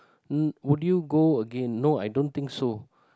n~ would you go again no I don't think so